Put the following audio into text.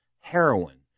heroin